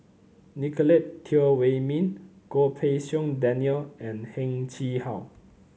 Nicolette Teo Wei Min Goh Pei Siong Daniel and Heng Chee How